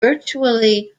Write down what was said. virtually